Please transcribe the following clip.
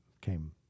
came